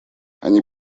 они